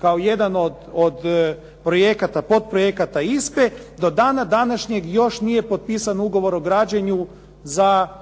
kao jedan od projekata, podprojekata ISPA-e, do dana današnjeg još nije potpisan ugovor o građenju za uređaj